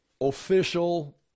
official